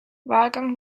wahlgang